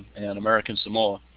and american samoa.